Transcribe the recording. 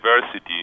diversity